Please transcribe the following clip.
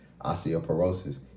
osteoporosis